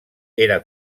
era